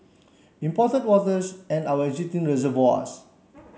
imported and our existing reservoirs